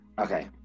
okay